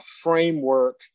framework